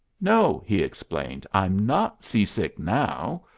no! he explained, i'm not sea-sick now.